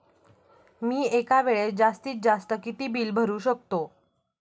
मी एका वेळेस जास्तीत जास्त किती बिल भरू शकतो?